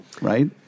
right